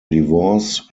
divorce